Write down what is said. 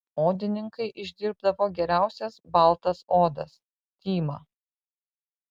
odininkai išdirbdavo geriausias baltas odas tymą